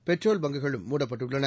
petrol bunk களும் மூடப்பட்டுள்ளன